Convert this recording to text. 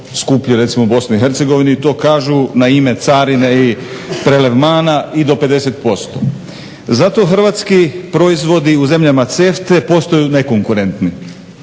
skuplji, recimo u BiH to kažu na ime carine i … i do 50%. Zato hrvatski proizvodi u zemljama CEFTA-e postaju nekonkurentni.